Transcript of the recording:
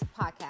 Podcast